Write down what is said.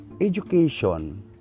education